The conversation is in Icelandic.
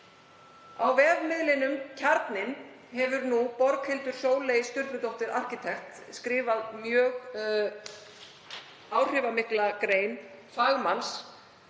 Á vefmiðlinum Kjarninn hefur nú Borghildur Sölvey Sturludóttir arkitekt skrifað mjög áhrifamikla grein fagmanns